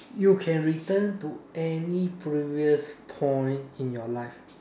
you can return to any previous point in your life